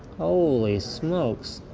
holy smokes,